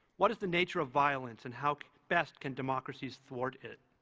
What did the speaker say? what is the nature of violence, and how best can democracies thwart it?